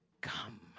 come